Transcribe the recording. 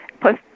Plus